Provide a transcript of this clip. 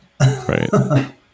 Right